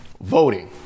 voting